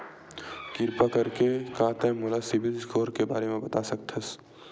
किरपा करके का तै मोला सीबिल स्कोर के बारे माँ बता सकथस?